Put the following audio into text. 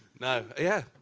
no. yeah.